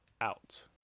out